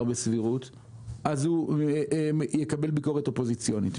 בסבירות אז הוא יקבל ביקורת אופוזיציונית.